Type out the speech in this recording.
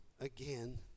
again